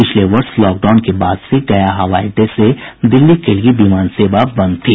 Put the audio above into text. पिछले वर्ष लॉकडॉउन के बाद से गया हवाई अड्डे से दिल्ली के लिए विमान सेवा बंद थी